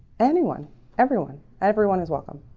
anyone everyone everyone is welcome